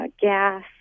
gas